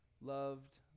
loved